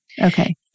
Okay